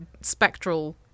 spectral